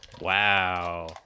wow